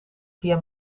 via